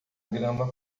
grama